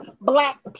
black